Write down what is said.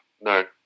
no